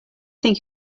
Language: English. think